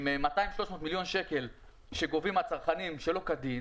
עם 300-200 מיליון שקלים שגובים מהצרכנים שלא כדין,